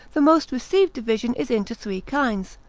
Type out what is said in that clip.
the most received division is into three kinds.